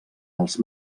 els